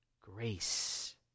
grace